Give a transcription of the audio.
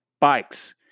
bikes